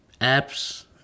apps